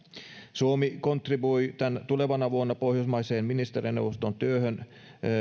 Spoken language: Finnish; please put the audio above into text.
suomi kontribuoi tulevana vuonna pohjoismaisen ministerineuvoston työhön